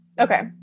Okay